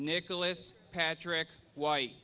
nicholas patrick white